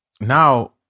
now